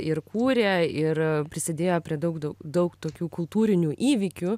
ir kūrė ir prisidėjo prie daug daug daug tokių kultūrinių įvykių